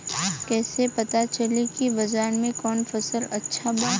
कैसे पता चली की बाजार में कवन फसल अच्छा बा?